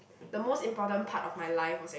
the most important part of my life